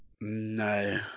No